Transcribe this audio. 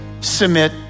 submit